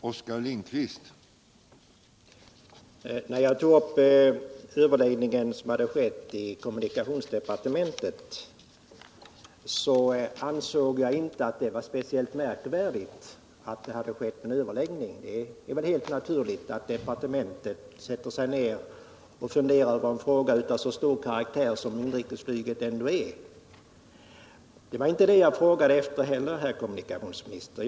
Herr talman! När jag tog upp frågan om överläggningen i kommunikationsdepartementet, så ansåg jag inte att det var speciellt märkvärdigt att det skett en överläggning. Det är väl helt naturligt att departementet sätter sig ner och funderar över en fråga av den karaktär som inrikesflyget ändå har. Det var inte det jag frågade efter, herr kommunikationsminister.